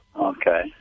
okay